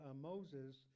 Moses